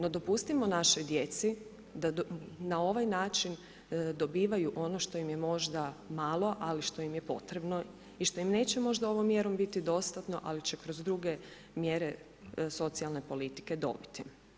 No dopustimo našoj djeci da na ovaj način dobivaju ono što im je možda malo, ali što im je potrebno i što im neće možda ovom mjerom biti dostatno, ali će kroz druge mjere socijalne politike dobiti.